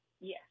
Yes